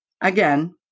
Again